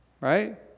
Right